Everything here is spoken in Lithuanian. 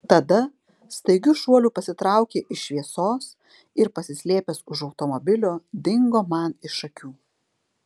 tada staigiu šuoliu pasitraukė iš šviesos ir pasislėpęs už automobilio dingo man iš akių